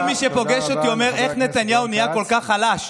כל מי שפוגש אותי אומר: איך נתניהו נהיה כל כך חלש?